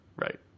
Right